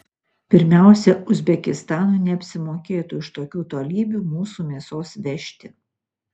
pirmiausia uzbekistanui neapsimokėtų iš tokių tolybių mūsų mėsos vežti